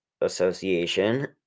association